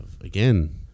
again